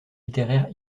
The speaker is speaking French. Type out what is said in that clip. littéraire